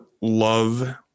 love